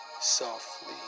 softly